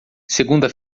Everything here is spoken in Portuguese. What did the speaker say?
segunda